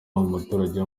umuturage